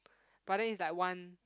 but then is like one